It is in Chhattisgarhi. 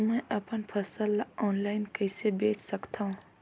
मैं अपन फसल ल ऑनलाइन कइसे बेच सकथव?